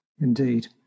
Indeed